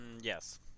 Yes